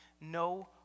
no